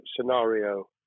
scenario